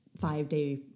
five-day